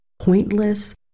pointless